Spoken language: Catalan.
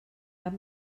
cap